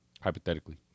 Hypothetically